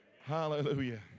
Hallelujah